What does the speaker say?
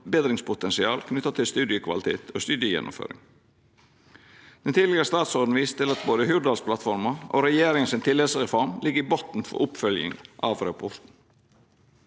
forbetringspotensial knytt til studiekvalitet og studiegjennomføring. Den tidlegare statsråden viser til at både Hurdalsplattforma og regjeringa si tillitsreform ligg i botn for oppfølginga av rapporten.